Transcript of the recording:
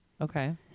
Okay